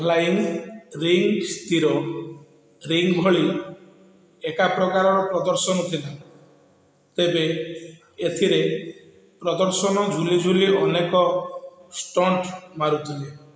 flying ring ସ୍ଥିର ring ଭଳି ଏକା ପ୍ରକାରର ପ୍ରଦର୍ଶନ ଥିଲା ତେବେ ଏଥିରେ ପ୍ରଦର୍ଶନ ଝୁଲିଝୁଲି ଅନେକ ଷ୍ଟଣ୍ଟ୍ ମାରୁଥିଲେ